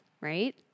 right